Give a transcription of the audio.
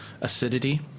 acidity